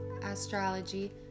astrology